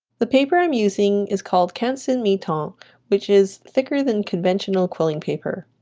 the paper i'm using is called canson metal which is thicker than conventional quilling paper